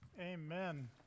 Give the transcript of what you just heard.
Amen